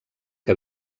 que